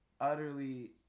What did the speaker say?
utterly